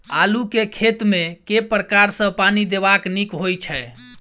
आलु केँ खेत मे केँ प्रकार सँ पानि देबाक नीक होइ छै?